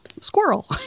squirrel